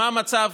מה המצב,